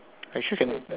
actually can